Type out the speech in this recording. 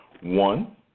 One